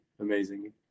Amazing